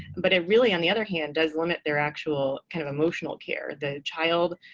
but it really, on the other hand, does limit their actual kind of emotional care. the child,